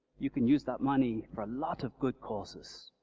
you can use that money for a lot of good causes.